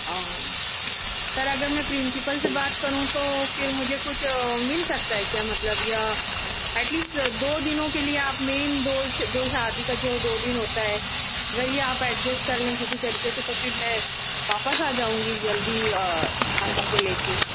سر اگر میں پرنسپل سے بات کروں تو پھر مجھے کچھ مل سکتا ہے کیا مطلب یا ایٹ لیسٹ دو دِنوں کے لیے آپ مین دو دو شادی کا جو دو دِن ہوتا ہے اگر یہ آپ ایڈجسٹ کر لیں کسی طریقے سے تو پھر میں واپس آ جاؤں گی جلدی ارحم کو لے کے